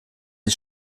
des